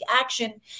action